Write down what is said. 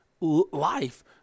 life